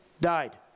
Died